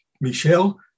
Michelle